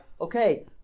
okay